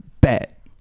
bet